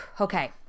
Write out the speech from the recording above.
Okay